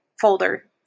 folder